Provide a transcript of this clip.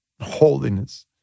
holiness